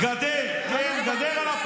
חבר הכנסת הרצנו, אני קורא אותך קריאה ראשונה.